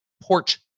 Porch